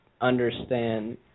understand